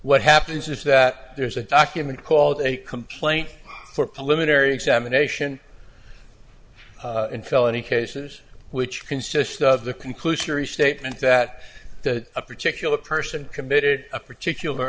what happens is that there's a document called a complaint for pullin area examination in felony cases which consist of the conclusory statement that that a particular person committed a particular